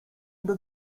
into